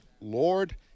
Lord